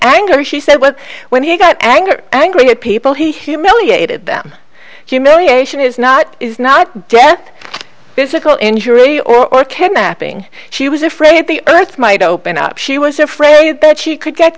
anger she said well when he got angry angry at people he humiliated them humiliation is not is not death physical injury or kidnapping she was afraid the earth might open up she was afraid that she could get